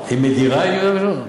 היא מדירה את יהודה ושומרון?